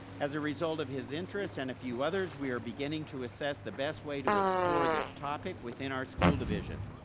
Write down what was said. as a result of his interest and a few others, we are beginning to assess the best way to explore this topic within our school division.